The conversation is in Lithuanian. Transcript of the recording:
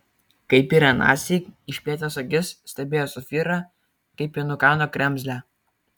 kaip ir anąsyk išplėtęs akis stebėjo safyrą kaip ji nukando kremzlę